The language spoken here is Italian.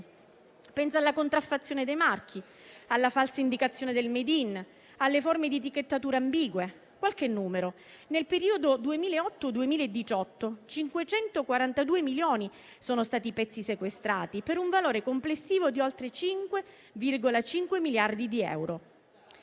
Penso alla contraffazione dei marchi, alla falsa indicazione del *made in*, alle forme di etichettatura ambigue. Cito qualche numero: nel periodo 2008-2018, 542 milioni sono stati i pezzi sequestrati, per un valore complessivo di oltre 5,5 miliardi di euro.